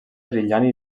brillant